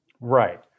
right